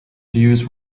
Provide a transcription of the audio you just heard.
views